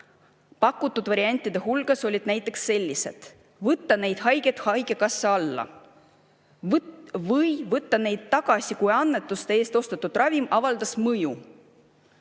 Pakutud variantide hulgas olid näiteks sellised. Võtta need haigeid haigekassa alla. Või võtta need tagasi, kui annetuste eest ostetud ravim avaldas mõju.